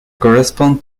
correspond